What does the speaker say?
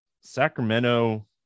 Sacramento